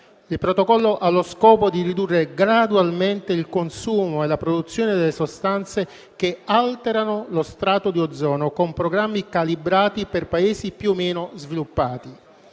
Il Protocollo ha lo scopo di ridurre gradualmente il consumo e la produzione delle sostanze che alterano lo strato di ozono con programmi calibrati per Paesi più o meno sviluppati.